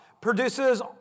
produces